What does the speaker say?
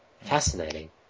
Fascinating